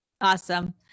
Awesome